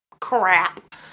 crap